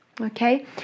Okay